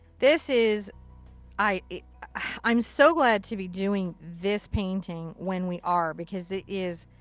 this is i i'm so glad to be doing this painting when we are because it is